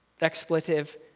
expletive